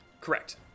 Correct